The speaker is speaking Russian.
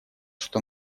что